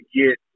get